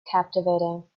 captivating